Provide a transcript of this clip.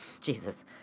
Jesus